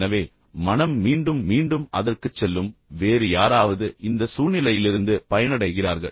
எனவே மனம் மீண்டும் மீண்டும் அதற்குச் செல்லும் வேறு யாராவது இந்த சூழ்நிலையிலிருந்து பயனடைகிறார்கள்